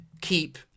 keep